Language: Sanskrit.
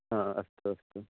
ह अस्तु अस्तु